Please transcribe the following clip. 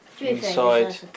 inside